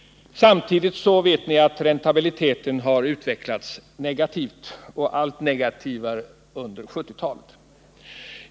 Som vi vet har räntabiliteten samtidigt utvecklats mycket negativt.